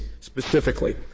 specifically